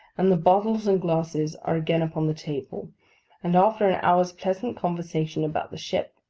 and the bottles and glasses are again upon the table and after an hour's pleasant conversation about the ship,